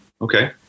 Okay